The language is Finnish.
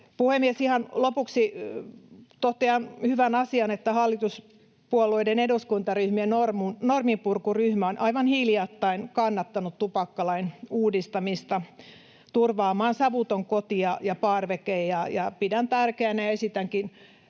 Puhemies! Ihan lopuksi totean sen hyvän asian, että hallituspuolueiden eduskuntaryhmien norminpurkuryhmä on aivan hiljattain kannattanut tupakkalain uudistamista turvaamaan savuton koti ja parveke. Pidän tärkeänä ja esitänkin